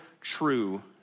true